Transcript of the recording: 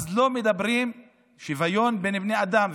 אז לא מדברים שוויון בין בני אדם.